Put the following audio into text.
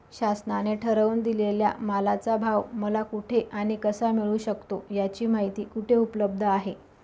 शासनाने ठरवून दिलेल्या मालाचा भाव मला कुठे आणि कसा मिळू शकतो? याची माहिती कुठे उपलब्ध आहे?